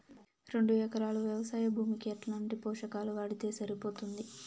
రెండు ఎకరాలు వ్వవసాయ భూమికి ఎట్లాంటి పోషకాలు వాడితే సరిపోతుంది?